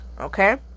okay